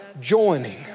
joining